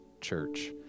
church